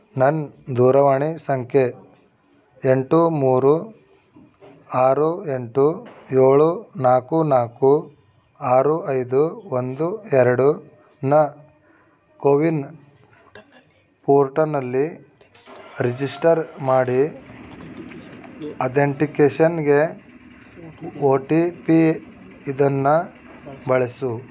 ನನ್ನ ದೂರವಾಣಿ ಸಂಖ್ಯೆ ಎಂಟು ಮೂರು ಆರು ಎಂಟು ಏಳು ನಾಲ್ಕು ನಾಲ್ಕು ಆರು ಐದು ಒಂದು ಎರಡನ್ನ ಕೋವಿನ್ ಪೋರ್ಟಲಿನಲ್ಲಿ ರಿಜಿಸ್ಟರ್ ಮಾಡಿ ಅದೆಂಟಿಕೇಶನ್ನಿಗೆ ಓ ಟಿ ಪಿ ಇದನ್ನು ಬಳಸು